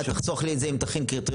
תחסוך לי את זה אם תכין קריטריונים